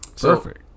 perfect